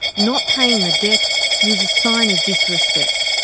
not paying the debt was a sign of disrespect,